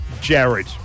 Jared